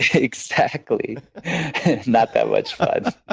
exactly. it's not that much fun.